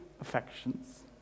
affections